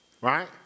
Right